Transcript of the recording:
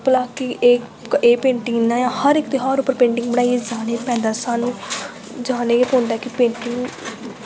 भला एह् एह् पेंटिंग हर इक त्यहार उप्पर पेंटिंग बनाइयै जाना पैंदा सानूं जाना गै पौंदा ऐ कि पेंटिंग